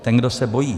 Ten, kdo se bojí.